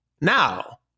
now